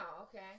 okay